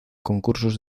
concursos